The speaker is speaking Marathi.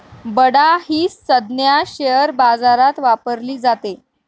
बडा ही संज्ञा शेअर बाजारात वापरली जाते